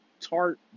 Tart